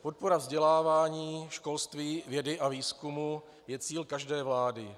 Podpora vzdělávání, školství, vědy a výzkumu je cíl každé vlády.